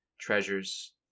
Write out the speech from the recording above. Treasures